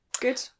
Good